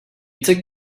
took